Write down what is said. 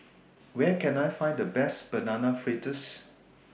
Where Can I Find The Best Banana Fritters